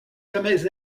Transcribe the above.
jamais